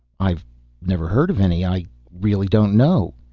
i've never heard of any. i really don't know.